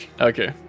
Okay